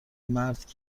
مرد